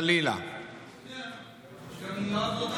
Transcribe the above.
אתה יודע מה אני עשיתי בזמן שהוא דיבר מאז ועד עכשיו?